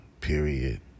Period